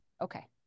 Okay